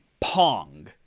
Pong